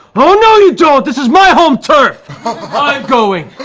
but oh no, you don't! this is my home turf! i'm going.